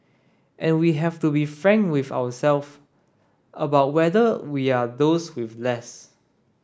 and we have to be frank with our self about whether we are those with less